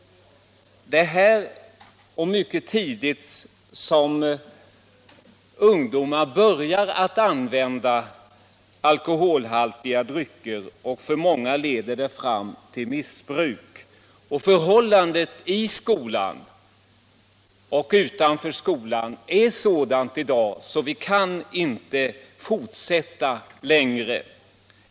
Det är i skolan som ungdomar mycket tidigt börjar att använda alkoholhaltiga drycker, och för många leder detta fram till missbruk. Förhållandet i skolan och utanför skolan är i dag sådant att vi inte kan låta det fortsätta längre.